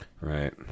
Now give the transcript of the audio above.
right